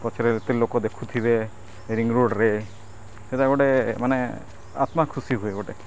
ପଥରେ ଏତେ ଲୋକ ଦେଖୁଥିବେ ରିଙ୍ଗ୍ ରୋଡ୍ରେ ସେଟା ଗୋଟେ ମାନେ ଆତ୍ମା ଖୁସି ହୁଏ ଗୋଟେ